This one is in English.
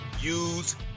use